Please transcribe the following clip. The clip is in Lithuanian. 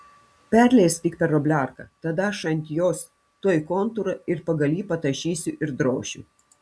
perleisk tik per obliarką tada aš ant jos tuoj kontūrą ir pagal jį patašysiu ir drošiu